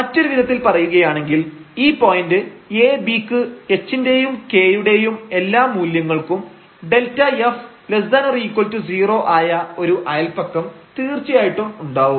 മറ്റൊരു വിധത്തിൽ പറയുകയാണെങ്കിൽ ഈ പോയന്റ് abക്ക് h ന്റെയും k യുടെയും എല്ലാം മൂല്യങ്ങൾക്കും Δf ≦ 0 ആയ ഒരു അയല്പക്കം തീർച്ചയായിട്ടും ഉണ്ടാവും